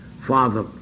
Father